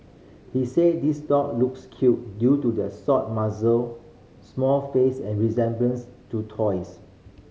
he said these dog looks cute due to the short muzzle small face and resemblance to toys